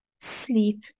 sleep